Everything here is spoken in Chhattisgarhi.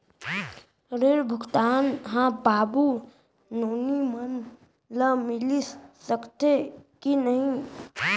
ऋण भुगतान ह बाबू नोनी मन ला मिलिस सकथे की नहीं?